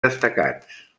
destacats